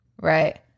Right